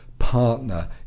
Partner